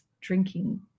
drinking